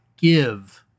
give